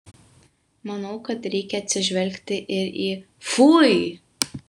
manau kad reikia atsižvelgti ir į fui